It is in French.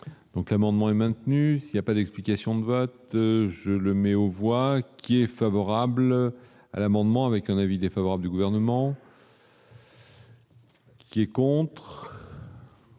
Donc, l'amendement est maintenu, il y a pas d'explication de vote je le mets au voix qui est favorable à l'amendement avec un avis défavorable du gouvernement. Comptes.